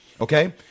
okay